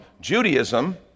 Judaism